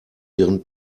ihren